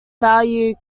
value